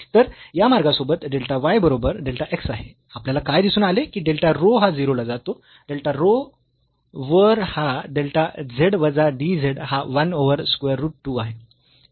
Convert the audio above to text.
तर या मार्गासोबत डेल्टा y बरोबर डेल्टा x आहे आपल्याला काय दिसून आले की डेल्टा रो हा 0 ला जातो डेल्टा रो वर हा डेल्टा z वजा dz हा 1 ओव्हर स्क्वेअर रूट 2 आहे